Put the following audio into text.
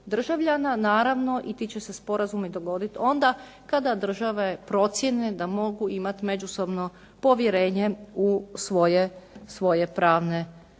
Naravno i ti će se sporazumi dogoditi onda kada države procijene da mogu imati međusobno povjerenje u svoje pravne